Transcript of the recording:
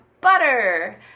Butter